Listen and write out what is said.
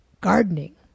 gardening